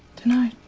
tonight